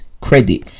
credit